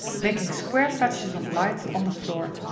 making square patches of light on the floor.